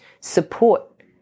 support